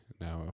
now